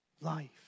life